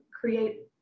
create